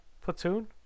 Platoon